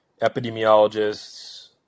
epidemiologists